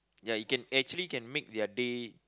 ya you can actually can make your day